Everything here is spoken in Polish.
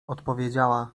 odpowiedziała